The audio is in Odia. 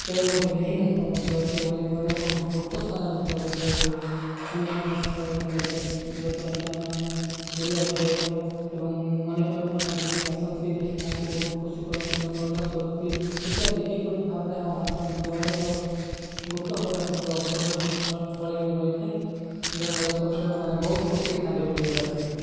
କେବେ ମଧ୍ୟ ଦେଖିନଥାଉ ମଧ୍ୟ ସେହିଭଳି ଅନେକ ଗୁପ୍ତ ସ୍ଥାନରେ ମଧ୍ୟ ରହିଥାଏ ଏଭଳି ଅନେକ ଅନେକ ସ୍ଥଳ ରହିଥାଏ ଯିବା ଯଦ୍ୱାରା କିି ଆମେ ମାନେ ବୁଲିବାକୁ ଯାଇଥାଉ ଏବଂ ଅନେକ ଲୋକମାନେ ବୁଲିିକି ଆସନ୍ତି ଦେଖିଥାନ୍ତି ବହୁତ ଖୁସି କରନ୍ତି ମନୋରଞ୍ଜନ କରନ୍ତି ଇତ୍ୟାଦି ଏହିଭଳି ଭାବରେ ଆମ ଭାରତରେ ମଧ୍ୟ ଅନେକ ଗୁପ୍ତ ଭାବରେ ମଧ୍ୟ ପର୍ଯ୍ୟଟନ ସ୍ଥଳୀ ରହିଥାଏ ଯାଦ୍ୱାରାକି ପର୍ଯ୍ୟଟକ ମାନ ବହୁତ ଖୁସି ହେଇଥାନ୍ତି ବୁଲିବାକୁ ଆସିକି